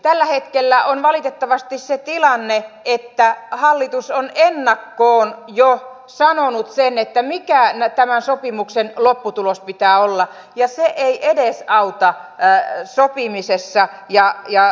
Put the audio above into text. tällä hetkellä on valitettavasti se tilanne että hallitus on ennakkoon jo sanonut sen mikä tämän sopimuksen lopputuloksen pitää olla ja se ei edesauta sopimisessa ja neuvotteluissa